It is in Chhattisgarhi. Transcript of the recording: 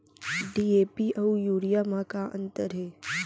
डी.ए.पी अऊ यूरिया म का अंतर हे?